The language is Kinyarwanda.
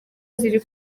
ziri